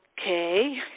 okay